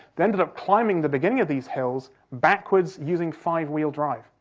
they ended climbing the beginning of these hills backwards, using five-wheel drive,